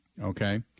Okay